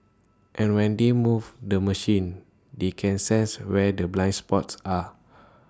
and when they move the machine they can sense where the blind spots are